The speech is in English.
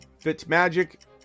Fitzmagic